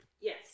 Yes